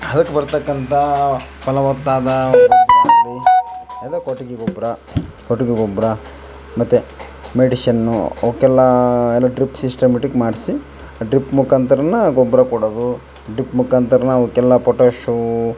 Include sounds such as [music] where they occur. ಅದಕ್ಕೆ ಬರ್ತಕ್ಕಂಥ ಫಲವತ್ತಾದ [unintelligible] ಎಲ್ಲ ಕೊಟ್ಟಿಗೆ ಗೊಬ್ಬರ ಕೊಟ್ಟಿಗೆ ಗೊಬ್ಬರ ಮತ್ತು ಮೆಡಿಶನ್ನು ಅವಕ್ಕೆಲ್ಲಾ ಎಲೆಕ್ಟ್ರಿಕ್ ಸಿಸ್ಟಮಟಿಕ್ ಮಾಡಿಸಿ ಡ್ರಿಪ್ ಮುಖಾಂತ್ರನ ಗೊಬ್ಬರ ಕೊಡೋದು ಡ್ರಿಪ್ ಮುಖಾಂತ್ರ ಅವುಕ್ಕೆಲ್ಲ ಪೊಟ್ಯಾಶೋ